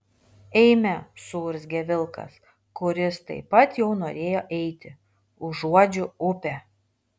eime suurzgė vilkas kuris taip pat jau norėjo eiti užuodžiu upę